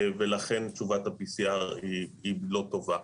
ולכן תשובת ה-PCR לא טובה.